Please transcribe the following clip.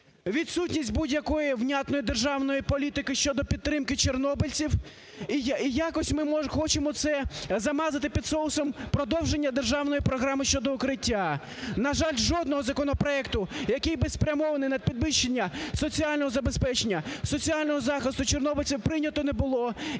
відсутність будь-якої внятної державної політики щодо підтримки чорнобильців. І якось ми хочемо це замазати під соусом продовження державної програми щодо "Укриття". На жаль, жодного законопроекту, який був би спрямований на підвищення соціального забезпечення, соціального захисту чорнобильців, прийнято не було